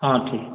ହଁ ଠିକ୍